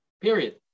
period